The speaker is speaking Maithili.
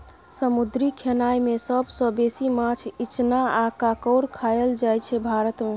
समुद्री खेनाए मे सबसँ बेसी माछ, इचना आ काँकोर खाएल जाइ छै भारत मे